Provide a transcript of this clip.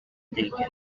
taken